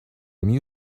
reggae